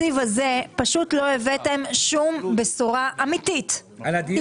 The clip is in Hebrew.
הזה פשוט לא הבאתם שום בשורה אמיתית על הדיור.